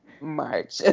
March